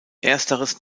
ersteres